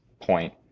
point